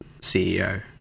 ceo